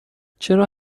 چرا